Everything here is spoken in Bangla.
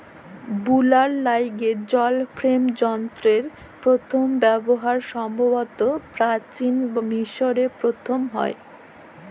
বুলার ল্যাইগে জল ফেম যলত্রের পথম ব্যাভার সম্ভবত পাচিল মিশরে পথম হ্যয়